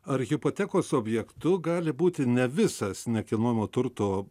ar hipotekos objektu gali būti ne visas nekilnojamojo turto